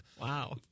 Wow